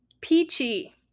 peachy